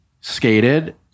skated